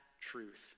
truth